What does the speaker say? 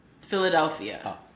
Philadelphia